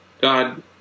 God